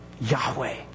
Yahweh